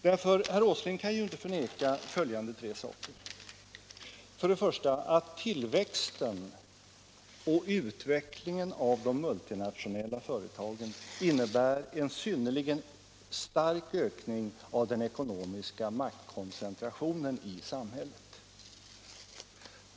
Herr Åsling kan inte förneka följande tre saker: För det första innebär tillväxten och utvecklingen av de multinationella företagen en synnerligen stark ökning av den ekonomiska maktkoncentrationen i samhället.